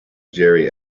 gerry